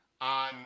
on